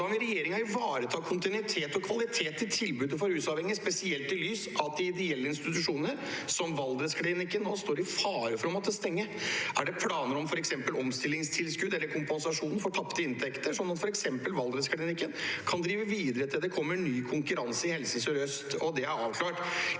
Hvordan vil regjeringen ivareta kontinuitet og kvalitet i tilbudet for rusavhengige, spesielt i lys av at ideelle institusjoner som Valdresklinikken nå står i fare for å måtte stenge? Er det planer om f.eks. omstillingstilskudd eller kompensasjon for tapte inntekter, sånn at f.eks. Valdresklinikken kan drive videre til det kommer ny konkurranse i Helse sørøst, og det er avklart?